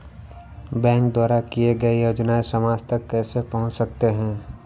Bank द्वारा दिए गए योजनाएँ समाज तक कैसे पहुँच सकते हैं?